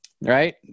Right